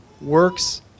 works